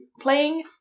playing